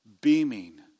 Beaming